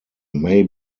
may